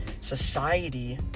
society